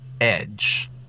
Edge